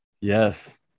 yes